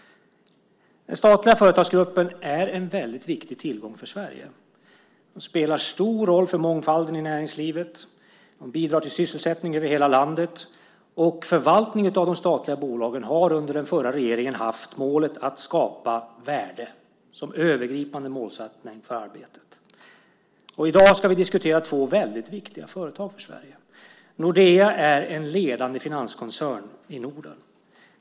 Den statliga företagsgruppen är en väldigt viktig tillgång för Sverige. Den spelar stor roll för mångfalden i näringslivet och bidrar till sysselsättning över hela landet. Förvaltningen av de statliga bolagen har under den förra regeringen haft målet att skapa värde. Det har varit den övergripande målsättningen för arbetet. I dag ska vi diskutera två väldigt viktiga företag för Sverige. Nordea är en ledande finanskoncern i Norden.